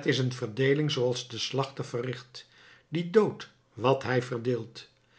t is een verdeeling zooals de slachter verricht die doodt wat hij verdeelt